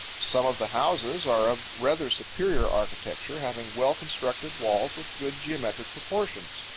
some of the houses are of rather superior architecture, having well-constructed walls with good geometric proportions.